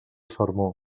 sermó